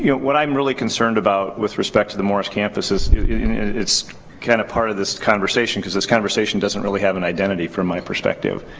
yeah what i'm really concerned about, with respect to the morris campus, is it's kind of part of this conversation, cause this conversation doesn't really have an identity, from my perspective.